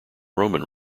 roman